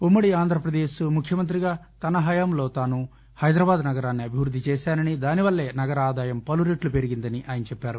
ఉమ్మడి ఆంధ్రప్రదేశ్ ముఖ్యమంత్రిగా తన హయాంలో తాను హైదరాబాద్ నగరాన్ని అభివృద్ధి చేశానని దానివల్లే నగరం ఆదాయం పలురెట్లు పెరిగిందని ఆయన చెప్పారు